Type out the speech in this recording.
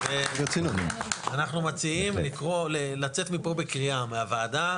(הצגת מצגת) אנחנו מציעים לצאת מפה בקריאה מהוועדה,